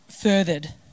furthered